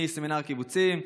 מסמינר הקיבוצים,